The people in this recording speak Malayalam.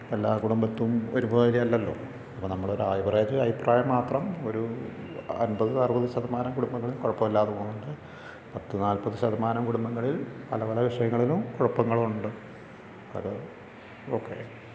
എല്ലാം കുടുംബത്തും ഒരുപോലെ അല്ലല്ലോ ഇപ്പോൾ നമ്മൾ ഒരു ആവറേജ് അഭിപ്രായം മാത്രം അൻപത് അറുപതു ശതമാനം കുടുംബങ്ങൾ മാത്രം കുഴപ്പമില്ലാതെ പോകുന്നുണ്ട് പത്തു നാല്പതു ശതമാനം കുടുംബങ്ങളിൽ പല പല വിഷയങ്ങളിലും കുഴപ്പങ്ങളുണ്ട് അത് ഓക്കേ